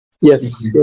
Yes